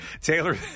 Taylor